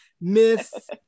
Miss